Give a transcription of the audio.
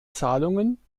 zahlungen